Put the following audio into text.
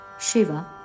Shiva